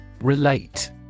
Relate